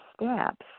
steps